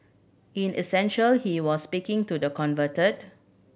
in essential he was speaking to the converted